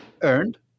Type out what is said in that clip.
earned